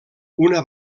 una